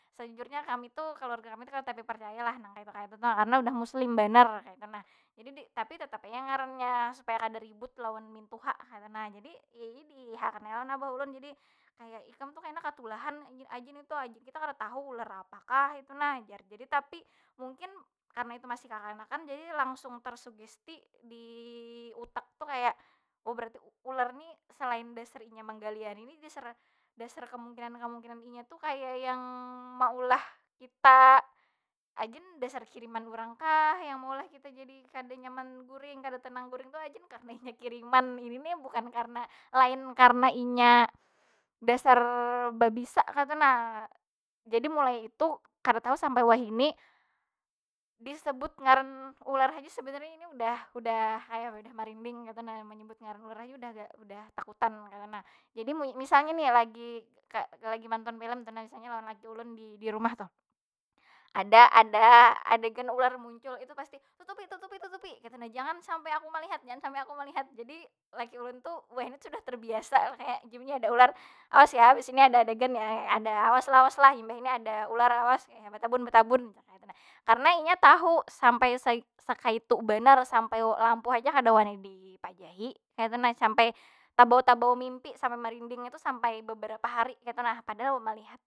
Sabujurnya kami tu, kaluarga kami tu kada tapi percaya lah nang kaytu- kaytu tuh. Karana udah muslim banar kaytu nah.tapi tetap ai yang ngarannya supaya kada ribut lawan mintuha, kaytu nah. Jadi ini ni dihiih akan ai lawan abah ulun. Jadi kaya, ikam tu kena katulahan. Inya ajin itu ajin, kita kada tahu ular apakah itu nah, jar. Jadi tapi, mungkin karana itu masih kakanakan jadi langsung tersugesti di utak tu kaya, oh berarti ular ni selain dasar inya menggaliani ni, dasar- dasar kemungkinan- kemungkinan inya tu kaya yang maulah kita, ajin dasar kiriman urang kah yang meulah kita jadi kada nyaman guring? Kada tenang guring tu, ajin karena inya kiriman ini nih. Bukan karna, lain karna inya dasar babisa kaytu nah. Jadi mulai itu kada tahu sampai wahini, disebut ngaran ular haja sebenernya ini udah- udah kaya udah marinding kaytu nah. Menyebut ngaran ular aja udah- udah takutan kaytu nah. Jadi misalnya ni lagi ka- lagi nonton filim tu nah, misalnya lawan laki ulun di- di rumah tuh. Ada- ada- ada kan ular muncul, itu pasti tutupi- tutupi- tutupi kaytu nah. Jangan sampai aku malihat. Jangan sampai aku malihat. Jadi laki ulun tu wahini sudah terbiasa nang kaya ajin ni ada ular, awas ya abis ini ada adegan ya. Ada awas lah awas lah, imbah ini ada ular awas. Kaya betabun- betabun tah kaytu nah. Karena inya tahu sampai sa- sakaytu banar, sampai lampu haja kada wani dipajahi kaytu nah. Sampai tabawa- tabawa mimpi, sampai marindingnya tu sampai beberapa hari kaytu nah. Padahal kada malihat.